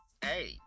Hey